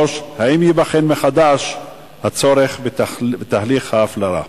3. האם ייבחן מחדש הצורך בתהליך ההפלרה?